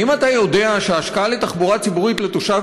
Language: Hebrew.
האם אתה יודע שהשקעה בתחבורה ציבורית לתושב